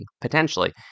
potentially